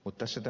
kun ed